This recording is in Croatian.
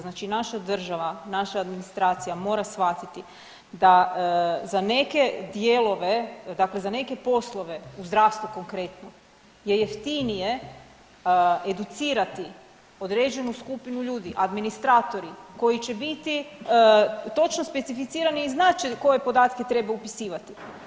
Znači naša država, naša administracija mora shvatiti da za neke dijelove dakle za neke poslove u zdravstvu konkretno je jeftinije educirati određenu skupinu ljudi, administratori koji će biti točno specificirani i znat će koje podatke treba upisivati.